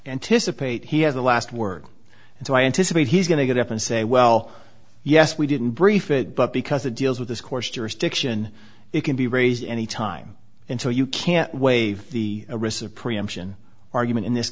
anticipate he has the last word and so i anticipate he's going to get up and say well yes we didn't brief it but because it deals with this course jurisdiction it can be raised any time until you can't waive the a recipe argument in this